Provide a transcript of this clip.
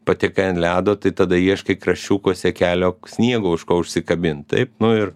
patekai ant ledo tai tada ieškai kraščiukuose kelio sniego už ko užsikabint taip nu ir